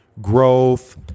growth